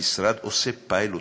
המשרד עושה פיילוטים,